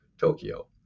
Tokyo